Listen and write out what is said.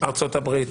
ארצות הברית,